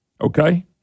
Okay